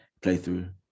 playthrough